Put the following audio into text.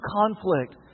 conflict